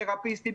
תרפיסטים,